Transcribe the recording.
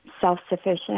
self-sufficient